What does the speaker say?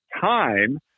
time